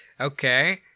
Okay